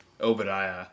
Obadiah